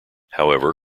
however